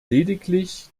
lediglich